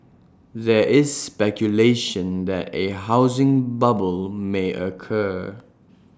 there is speculation that A housing bubble may occur